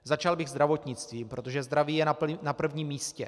Začal bych zdravotnictvím, protože zdraví je na prvním místě.